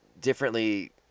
differently